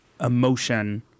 emotion